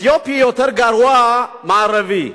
אתיופי יותר גרוע מערבי.